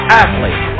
athlete